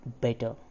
better